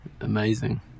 amazing